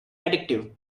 addictive